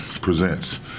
presents